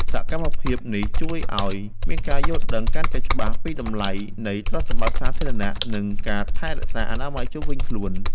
សកម្មភាពនេះជួយឱ្យមានការយល់ដឹងកាន់តែច្បាស់ពីតម្លៃនៃទ្រព្យសម្បត្តិសាធារណៈ និងការថែរក្សាអនាម័យជុំវិញខ្លួន។